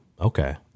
okay